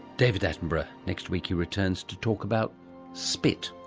david attenborough. next week he returns to talk about spit